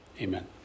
amen